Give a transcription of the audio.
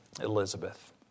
Elizabeth